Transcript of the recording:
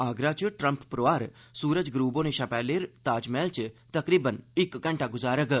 आगरा च ट्रम्प परोआर सूरज गरूब होने शा पैहले ताजमैहल च तकरीबन इक घैंटा गुजारग